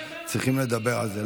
צריכים לדבר על זה,